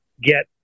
get